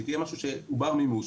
שהיא תהיה משהו שהוא בר מימוש,